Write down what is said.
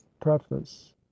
preface